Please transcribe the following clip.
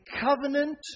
covenant